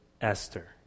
Esther